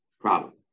problem